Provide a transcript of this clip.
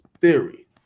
theory